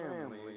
family